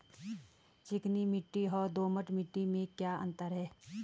चिकनी मिट्टी और दोमट मिट्टी में क्या अंतर है?